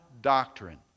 doctrine